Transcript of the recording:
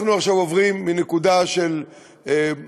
אנחנו עכשיו עוברים מנקודה של ביקורת